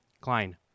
Klein